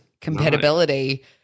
compatibility